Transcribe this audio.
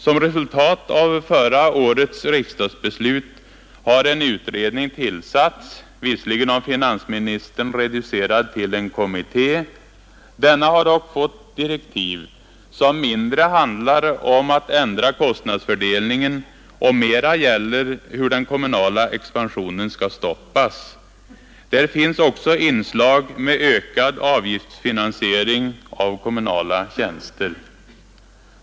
Som resultat av förra årets riksdagsbeslut har en utredning tillsatts — visserligen av finansministern reducerad till en kommitté. Denna har dock fått direktiv, som mindre handlar om att ändra kostnadsfördelningen och mera gäller hur den kommunala expansionen skall stoppas. Där finns också inslag med ökad avgiftsfinansiering av kommunala tjänster.